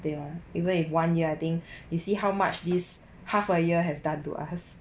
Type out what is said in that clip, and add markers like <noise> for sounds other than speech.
对吗 even if one year I think <breath> you see how much this half a year has done to us